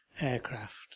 aircraft